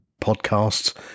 podcasts